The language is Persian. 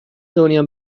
دنیا